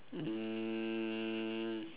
um